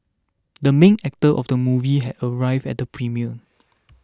the main actor of the movie had arrived at the premiere